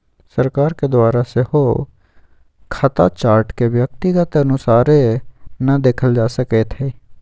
सरकार के द्वारा सेहो खता चार्ट के व्यक्तिगत अनुसारे न देखल जा सकैत हइ